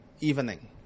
evening